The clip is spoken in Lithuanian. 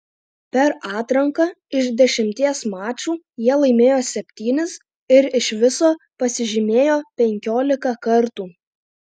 per atranką iš dešimties mačų jie laimėjo septynis ir iš viso pasižymėjo penkiolika kartų